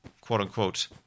quote-unquote